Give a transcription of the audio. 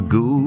go